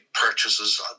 purchases